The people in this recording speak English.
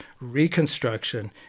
Reconstruction